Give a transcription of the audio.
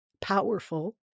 powerful